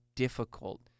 Difficult